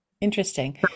Interesting